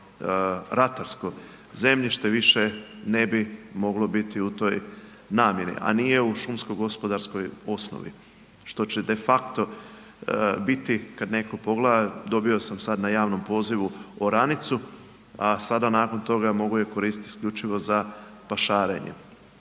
kao ratarsko zemljište više ne bi moglo biti u toj namjeni, a nije u šumsko-gospodarskoj osnovi, što će de facto biti kad netko pogleda, dobio sam sad na javnom pozivu oranicu, a sada nakon toga mogu je koristiti isključivo za pašarenje.